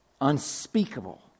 unspeakable